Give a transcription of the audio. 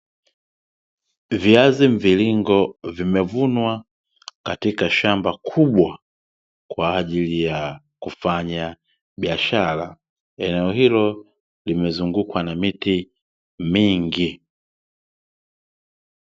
Viazi mviringo vimevunwa katika shamba kubwa, kwa ajili ya kufanya biashara. Eneo hilo limezungukwa na miti mingi.